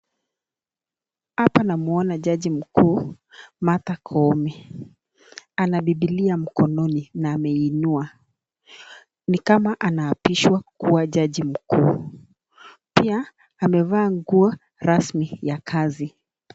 Hapa namuona Jaji Mkuu Martha Koome. Ana Bibilia mkononi na ameiinua. Ni kama anaapishwa kuwa Jaji Mkuu. Pia amevaa nguo rasmi ya kazi.